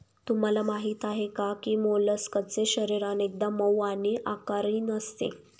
तुम्हाला माहीत आहे का की मोलस्कचे शरीर अनेकदा मऊ आणि आकारहीन असते